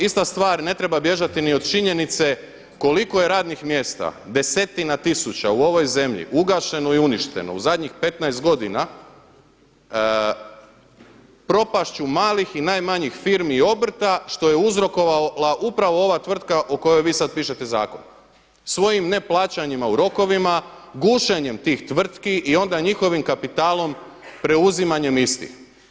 Ista stvar, ne treba bježati ni od činjenice koliko je radnih mjesta desetina tisuća u ovoj zemlji ugašeno i uništeno u zadnjih 15 godina propašću malih i najmanjih firmi i obrta što je uzrokovala upravo ova tvrtka o kojoj vi sad pišete zakon svojim neplaćanjima u rokovima, gušenjem tih tvrtki i onda njihovim kapitalom preuzimanjem istih.